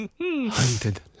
Hunted